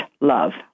love